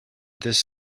this